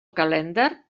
calendar